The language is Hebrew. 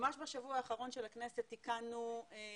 ממש בשבוע האחרון של הכנסת תיקנו לבקשתכם,